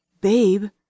Babe